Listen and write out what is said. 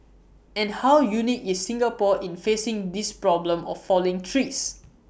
and how unique is Singapore in facing this problem of falling trees